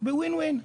ב- WIN WIN,